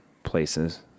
places